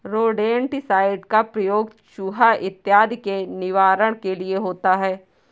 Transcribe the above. rodenticide का प्रयोग चुहा इत्यादि के निवारण के लिए होता है